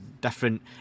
different